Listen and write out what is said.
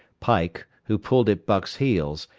pike, who pulled at buck's heels,